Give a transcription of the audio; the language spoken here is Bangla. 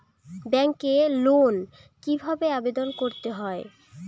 ব্যাংকে লোন কিভাবে আবেদন করতে হয়?